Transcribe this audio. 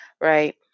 right